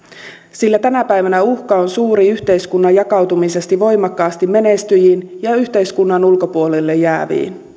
sillä tänä päivänä on suuri uhka yhteiskunnan jakautumisesta voimakkaasti menestyjiin ja yhteiskunnan ulkopuolelle jääviin